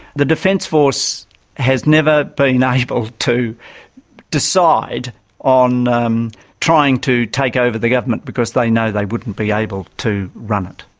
the defence force has never but been able to decide on um trying to take over the government, because they know they wouldn't be able to run it.